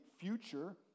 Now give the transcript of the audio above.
future